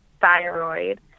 thyroid